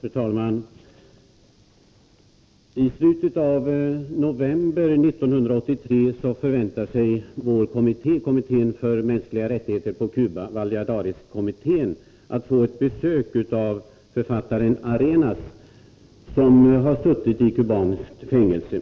Fru talman! I slutet av november 1983 förväntar sig Kommittén för mänskliga rättigheter på Cuba, Valladareskommittén, att få ett besök av författaren Arenas, som har suttit i kubanskt fängelse.